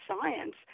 science